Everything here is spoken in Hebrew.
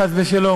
חס ושלום,